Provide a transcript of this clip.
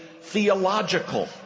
theological